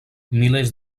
milers